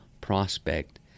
prospect